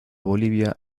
bolivia